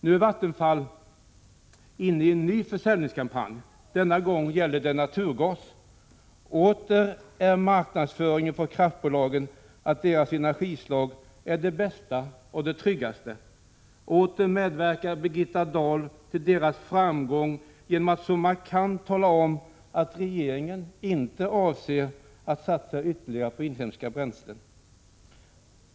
Nu är Vattenfall inne i en ny försäljningskampanj. Denna gång gäller det naturgas. Åter handlar marknadsföringen från kraftbolagen om att deras energislag är det bästa och det tryggaste. Åter medverkar Birgitta Dahl till Vattenfalls framgång genom att så markant tala om att regeringen inte avser att satsa ytterligare på inhemska bränslen.